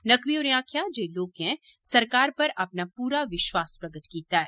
नकवी होरें आक्खेआ जे लोकें सरकार पर अपना पूरा विश्वास प्रगट कीता ऐ